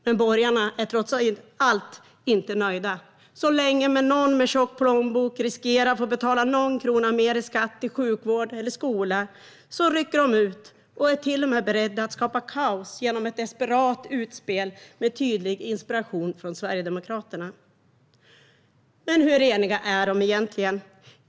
Men borgarna är trots allt inte nöjda. Så länge någon med tjock plånbok riskerar att få betala någon krona mer i skatt till sjukvård eller skola rycker de ut och är till och med beredda att skapa kaos genom ett desperat utspel med tydlig inspiration från Sverigedemokraterna. Men hur eniga är de egentligen?